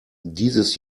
dieses